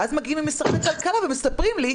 ואז מגיעים ממשרד הכלכלה ומספרים לי,